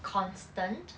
constant